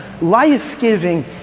life-giving